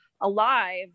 alive